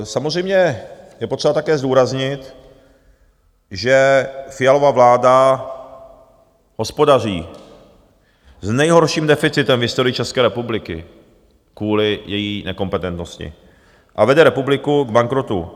Samozřejmě je potřeba také zdůraznit, že Fialova vláda hospodaří s nejhorším deficitem v historii České republiky kvůli její nekompetentnosti a vede republiku k bankrotu.